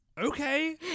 Okay